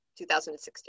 2016